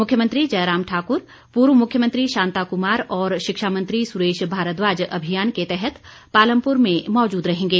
मुख्यमंत्री जयराम ठाकुर पूर्व मुख्यमंत्री शांता कुमार और शिक्षा मंत्री सुरेश भारद्वाज अभियान के तहत पालमपुर में मौजूद रहेंगे